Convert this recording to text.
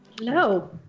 Hello